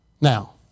Now